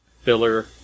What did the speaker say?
filler